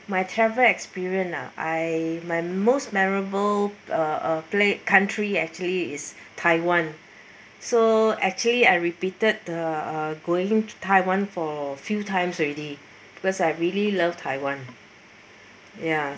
my travel experience ah I my most memorable uh play country actually is taiwan so actually I repeated the uh going to taiwan for few times already because I really love taiwan ya